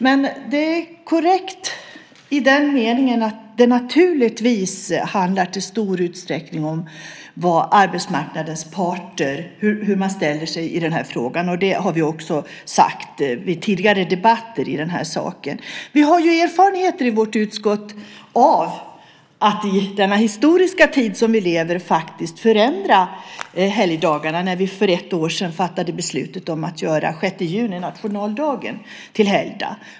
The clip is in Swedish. Men det är korrekt att göra så, för naturligtvis är det centralt hur arbetsmarknadens parter ställer sig i den här frågan. Det har vi också framhållit vid tidigare debatter i den här frågan. I utskottet har vi i den historiska tid som vi lever i haft erfarenhet av att förändra helgdagarna. För ett år sedan fattade vi ju beslut om att göra 6 juni, nationaldagen, till helgdag.